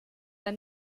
der